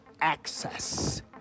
access